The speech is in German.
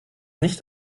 nicht